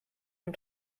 dem